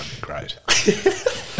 great